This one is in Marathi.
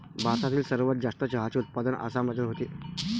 भारतातील सर्वात जास्त चहाचे उत्पादन आसाम राज्यात होते